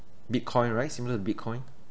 bitcoin right similar to bitcoin